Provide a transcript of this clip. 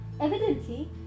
Evidently